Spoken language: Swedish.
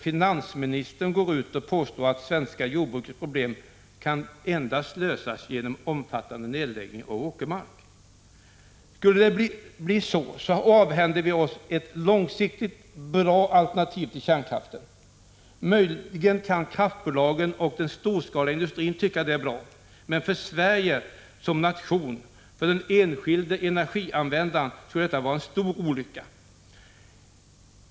finansministern påstår att det svenska jordbrukets problem kan lösas endast genom en omfattande nedläggning av åkermark. Skulle det bli så avhänder vi oss ett långsiktigt bra alternativ till kärnkraften. Möjligen kan kraftbolagen och den storskaliga industrin tycka att sådan nedläggning är bra, men för Sverige som nation och för den enskilde energianvändaren skulle det vara en stor olycka.